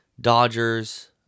Dodgers